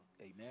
Amen